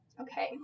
Okay